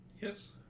Yes